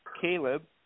Caleb